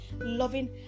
loving